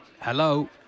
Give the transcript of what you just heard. hello